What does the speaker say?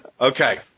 Okay